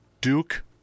Duke